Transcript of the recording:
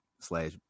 slash